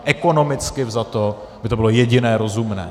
Ekonomicky vzato by to bylo jediné rozumné.